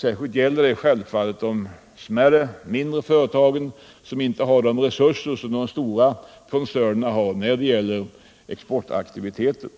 Detta gäller självfallet främst de mindre företagen, som inte har de resurser som de stora koncernerna har när det gäller exportaktiviteter.